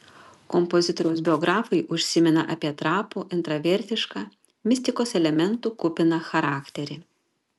kompozitoriaus biografai užsimena apie trapų intravertišką mistikos elementų kupiną charakterį